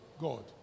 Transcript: God